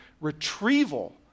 retrieval